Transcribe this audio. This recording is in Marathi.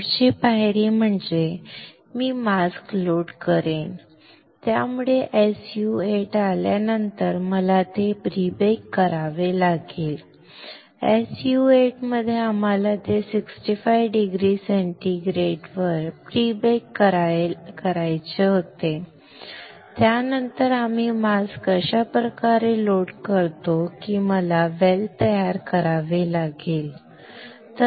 पुढची पायरी म्हणजे मी मास्क लोड करेन त्यामुळे SU 8 आल्यानंतर मला ते प्री बेक करावे लागेल बरोबर SU 8 मध्ये आम्हाला ते 65 डिग्री सेंटीग्रेडवर प्री बेक करायचे होते त्यानंतर आम्ही मास्क अशा प्रकारे लोड करतो की मला वेल तयार करावी लागली